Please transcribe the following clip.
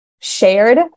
shared